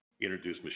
introduce